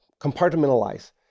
compartmentalize